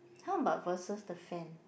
how about versus the fan